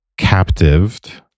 captived